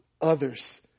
Others